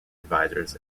advisors